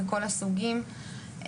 מכל הסוגים,